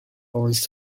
owns